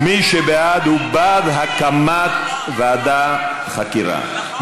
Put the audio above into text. מי שבעד הוא בעד הקמת ועדת חקירה,